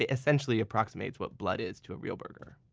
ah essentially, approximates what blood is to a real burger